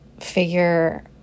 figure